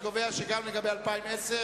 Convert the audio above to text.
אני קובע שגם לגבי 2010,